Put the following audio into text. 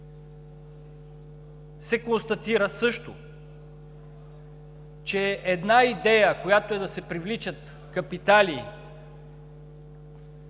се констатира също, че една идея, която е да се привличат капитали